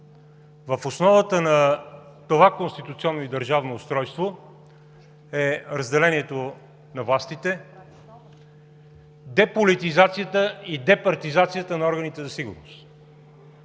В основата на това конституционно и държавно устройство е разделението на властите, деполитизацията и департизацията на органите за сигурност.